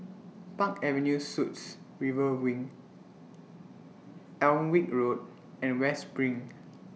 Park Avenue Suites River Wing Alnwick Road and West SPRING